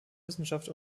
wissenschaft